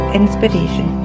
inspiration